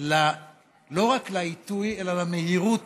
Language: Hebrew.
לא רק לעיתוי אלא למהירות